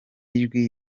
ijwi